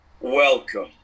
Welcome